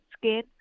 skin